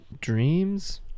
Dreams